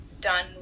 done